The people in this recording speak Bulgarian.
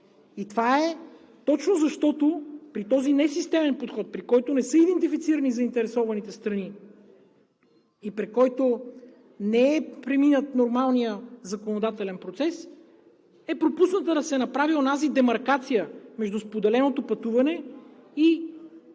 Това е точно защото при този несистемен подход, при който не са идентифицирани заинтересованите страни и при който не е преминал нормалният законодателен процес, е пропуснато да се направи онази демаркация между споделеното пътуване и